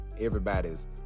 everybody's